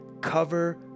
cover